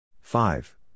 Five